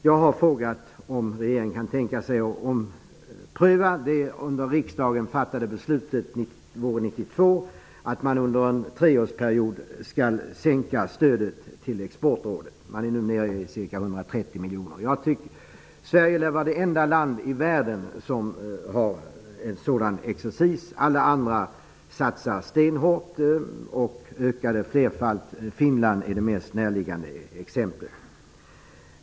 Jag har frågat om regeringen kan tänka sig att ompröva det av riksdagen fattade beslutet från våren 1992, att man under en treårsperiod skall sänka stödet till Exportrådet. Det är nu nere i ca 130 miljoner. Sverige lär vara det enda land i världen som har sådan exercis. Alla andra satsar stenhårt och ökar flerfalt. Finland är det mest näraliggande exemplet.